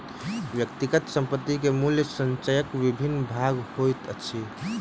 व्यक्तिगत संपत्ति के मूल्य संचयक विभिन्न भाग होइत अछि